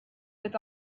with